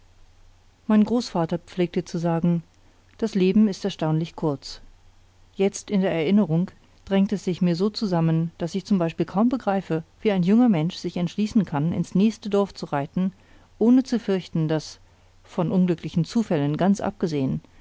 mein großvater pflegte zu sagen das leben ist erstaunlich kurz jetzt in der erinnerung drängt es sich mir so zusammen daß ich zum beispiel kaum begreife wie ein junger mensch sich entschließen kann ins nächste dorf zu reiten ohne zu fürchten daß von unglücklichen zufällen ganz abgesehen